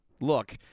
look